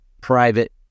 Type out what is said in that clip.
private